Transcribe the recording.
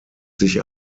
sich